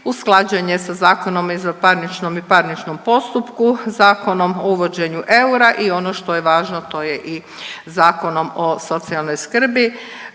usklađen je sa Zakonom o izvanparničnom i parničnom postupku, Zakonom o uvođenju eura i ono što je važno to je i Zakonom o socijalnoj skrbi